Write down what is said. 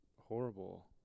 Horrible